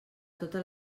totes